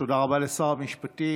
תודה רבה לשר המשפטים.